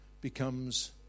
becomes